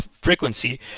frequency